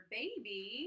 baby